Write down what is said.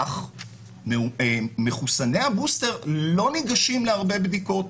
אך מחוסני הבוסטר לא ניגשים להרבה בדיקות,